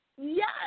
Yes